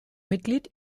mitglied